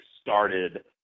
started